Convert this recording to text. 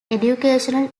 educational